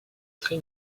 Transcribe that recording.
très